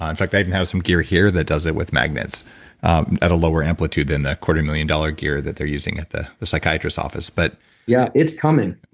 in fact, i even have some gear here that does it with magnets um at a lower amplitude than the quarter million dollar gear that they're using at the the psychiatrist's office but yeah, it's coming.